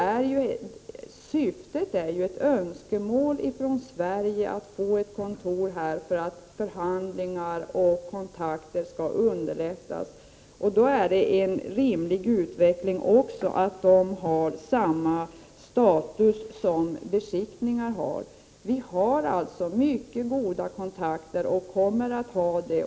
Syftet är ju ett önskemål från Sverige att få ett kontor här för att förhandlingar och kontakter skall underlättas. Då är det också rimligt att det har samma status som beskickningar har. Vi har alltså och kommer att ha mycket goda kontakter.